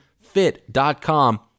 fit.com